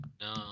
No